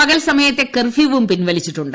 പകൽ സമയത്തെ കർഫ്യൂവും പിൻവലിച്ചിട്ടുണ്ട്